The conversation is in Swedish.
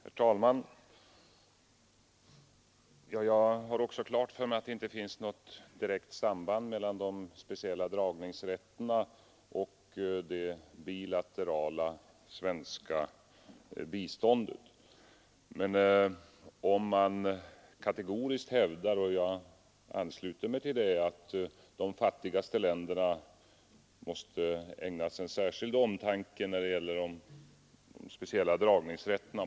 Herr talman! Också jag har klart för mig att det inte finns något direkt samband mellan de speciella dragningsrätterna och det bilaterala svenska biståndet. Jag ansluter mig till dem som kategoriskt hävdar att de fattigaste länderna måste ägnas en särskild omtanke när det gäller de speciella dragningsrätterna.